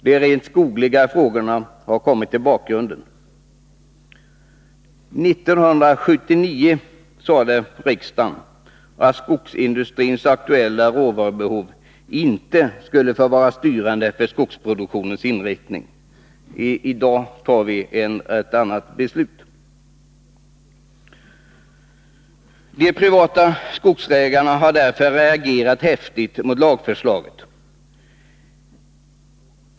De rent skogliga frågorna har kommit i bakgrunden. 1979 sade riksdagen att skogsindustrins aktuella råvarubehov inte skulle få vara styrande för skogsproduktionens inriktning. I dag föreslås riksdagen fatta ett annat beslut. De privata skogsägarna har reagerat häftigt mot lagförslaget.